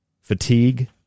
fatigue